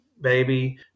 baby